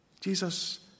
Jesus